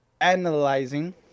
analyzing